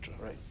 right